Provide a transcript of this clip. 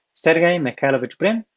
sergey mikhailovic brin,